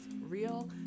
Real